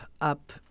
up